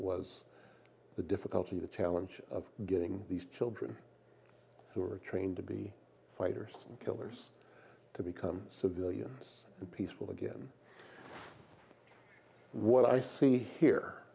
was the difficulty the challenge of getting these children who are trained to be fighters and killers to become civilians peaceful again what i see here